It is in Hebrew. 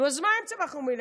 נו, אז מה אם צמחנו מלמטה?